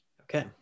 Okay